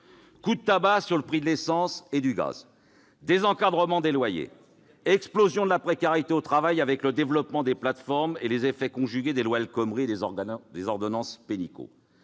Coup de tabac sur le prix de l'essence et du gaz, désencadrement des loyers, explosion de la précarité au travail avec le développement des plateformes et les effets conjugués des lois El Khomri et des ordonnances Pénicaud.